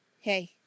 Hey